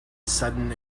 sudden